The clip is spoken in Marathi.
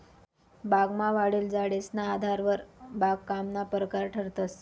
बागमा वाढेल झाडेसना आधारवर बागकामना परकार ठरतंस